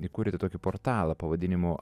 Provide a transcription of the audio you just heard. įkurėte tokį portalą pavadinimu